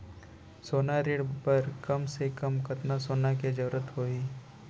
सोना ऋण बर कम से कम कतना सोना के जरूरत होही??